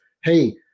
hey